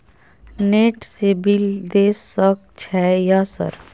Net से bill देश सक छै यह सर?